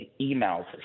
emails